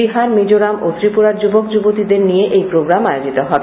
বিহার মিজোরাম ও ত্রিপুরার যুবক যুবতীদের নিয়ে এই প্রোগ্রাম আয়োজিত হবে